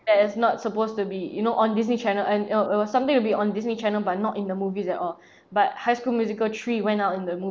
that it's not supposed to be you know on disney channel and it was it was something to be on disney channel but not in the movies at all but high school musical three went out in the